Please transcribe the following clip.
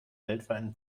weltweiten